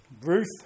Ruth